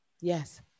Yes